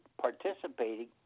participating